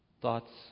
Thoughts